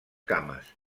cames